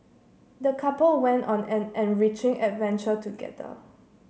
the couple went on an enriching adventure together